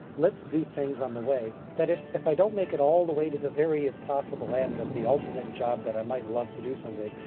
let's do things on the way that, if if i don't make it all the way to the very impossible end of the ultimate job that i might love to do someday,